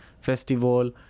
festival